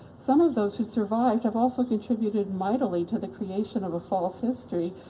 some of those who survived have also contributed mightily to the creation of a false history,